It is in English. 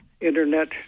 internet